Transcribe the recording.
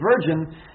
virgin